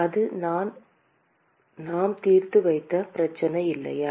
அது தான் நாம் தீர்த்து வைத்த பிரச்சனை இல்லையா